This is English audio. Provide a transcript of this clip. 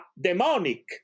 demonic